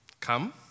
come